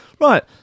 Right